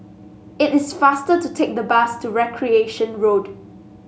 it is faster to take the bus to Recreation Road